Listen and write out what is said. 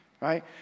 right